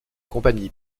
compagnie